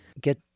get